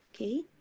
Okay